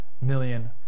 million